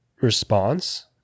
response